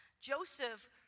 Joseph